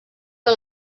que